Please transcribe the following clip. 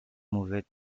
mauvais